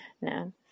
No